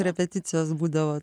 repeticijos būdavo